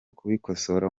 kubikosora